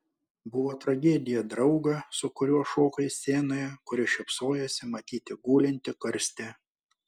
buvo tragedija draugą su kuriuo šokai scenoje kuris šypsojosi matyti gulintį karste